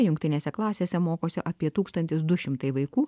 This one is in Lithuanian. jungtinėse klasėse mokosi apie tūkstantis du šimtai vaikų